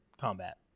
combat